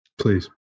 Please